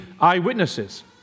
eyewitnesses